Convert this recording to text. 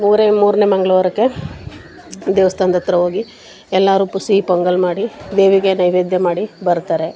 ಮೂರೆ ಮೂರನೇ ಮಂಗಳವಾರಕ್ಕೆ ದೇವಸ್ಥಾನ್ದ ಹತ್ರ ಹೋಗಿ ಎಲ್ಲರೂ ಪು ಸಿಹಿ ಪೊಂಗಲ್ ಮಾಡಿ ದೇವಿಗೆ ನೈವೇದ್ಯ ಮಾಡಿ ಬರ್ತಾರೆ